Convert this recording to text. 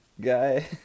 guy